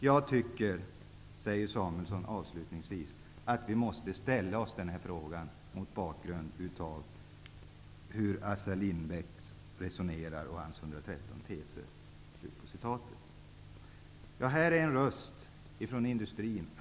Jag tycker att det nu finns anledning att vi också i Sverige ställer oss den frågan mot bakgrund av regeringens hittillsvarande näringspolitik och Assar Lindbecks 113 teser.'' Det här är en röst från industrin.